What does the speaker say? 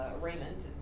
Raymond